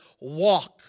Walk